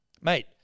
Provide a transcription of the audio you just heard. mate